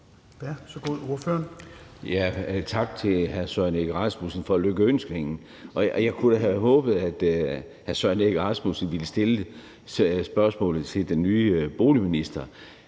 Tak til hr. Søren Egge Rasmussen for lykønskningen. Jeg kunne da have håbet, at hr. Søren Egge Rasmussen ville stille spørgsmålet til den nye indenrigs-